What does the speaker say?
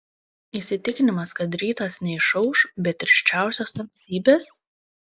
įsitikinimas kad rytas neišauš be tirščiausios tamsybės